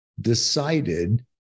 decided